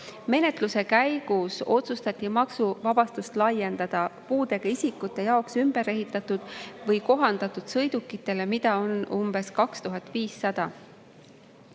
Menetluse käigus otsustati maksuvabastust laiendada puudega isikute jaoks ümber ehitatud või kohandatud sõidukitele, mida on umbes 2500.